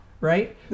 Right